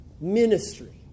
ministry